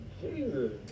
Jesus